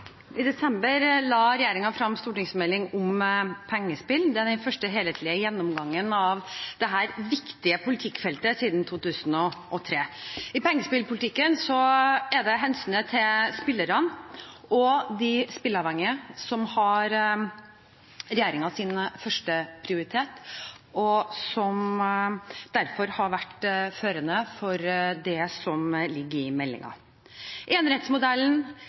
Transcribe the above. I desember la regjeringen frem stortingsmeldingen om pengespill. Det er den første helhetlige gjennomgangen av dette viktige politikkfeltet siden 2003. I pengespillpolitikken er det hensynet til spillerne og de spillavhengige som har regjeringens førsteprioritet, og som derfor har vært førende for det som ligger i